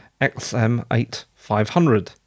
XM8500